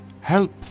Help